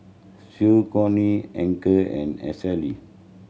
Saucony Anchor and